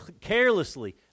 carelessly